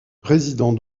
président